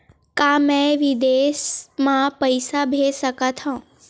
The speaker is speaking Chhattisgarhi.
का मैं विदेश म पईसा भेज सकत हव?